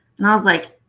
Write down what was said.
and i was like,